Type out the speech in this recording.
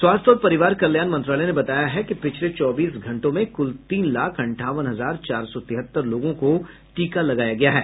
स्वास्थ्य और परिवार कल्याण मंत्रालय ने बताया है कि पिछले चौबीस घंटों में कुल तीन लाख अंठावन हजार चार सौ तिहत्तर लोगों को टीका लगाया गया है